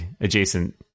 adjacent